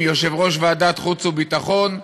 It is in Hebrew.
עם יושב-ראש ועדת חוץ וביטחון,